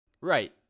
Right